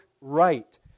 right